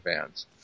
fans